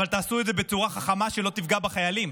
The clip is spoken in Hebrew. אבל תעשו את זה בצורה חכמה שלא תפגע בחיילים.